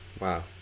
Wow